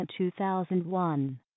2001